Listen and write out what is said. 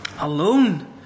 alone